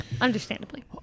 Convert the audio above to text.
understandably